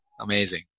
Amazing